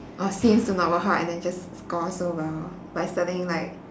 or seems to not work hard and then just score so well by studying like